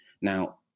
Now